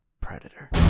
Predator